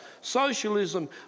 Socialism